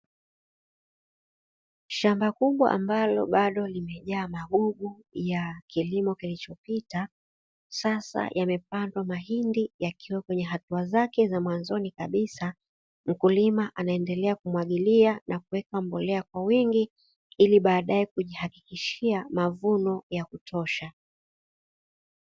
Shamba kubwa ambalo bado limejaa magugu ya kilimo kilicho. Sasa yamepandwa mahindi yakiwa kwenye hatua zake za mwanzoni kabisa mkulima anaendelea kumwagilia na kuweka mbolea kwa wingi ili baadaye kujihakikishia mavuno ya kutosha.